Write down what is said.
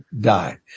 die